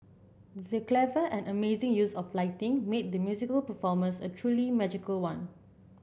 the clever and amazing use of lighting made the musical performance a truly magical one